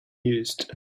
used